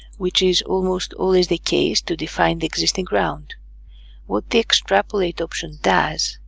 which is almost always the case to define the existing ground what the extrapolate option does,